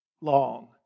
long